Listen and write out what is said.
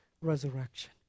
resurrection